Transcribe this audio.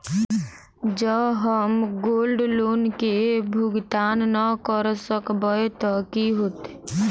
जँ हम gold loan केँ भुगतान न करऽ सकबै तऽ की होत?